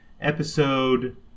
episode